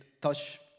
touch